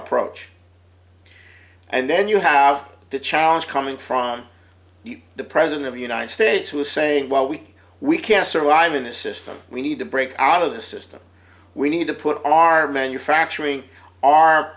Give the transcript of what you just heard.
approach and then you have the challenge coming from the president of the united states who is saying well we we can't survive in this system we need to break out of the system we need to put all our manufacturing our